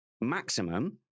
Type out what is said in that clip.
maximum